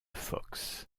fox